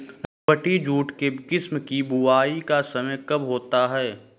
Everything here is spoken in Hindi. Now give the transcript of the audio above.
रेबती जूट के किस्म की बुवाई का समय कब होता है?